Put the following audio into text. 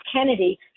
Kennedy